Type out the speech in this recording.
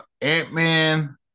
Ant-Man